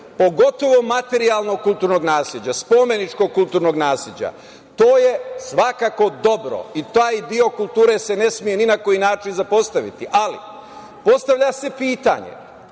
pogotovo materijalnog kulturnog nasleđa, spomeničko-kulturnog nasleđa. To je svakako dobro i taj deo kulture ne sme ni na koji način zapostaviti. Ali, postavlja se pitanje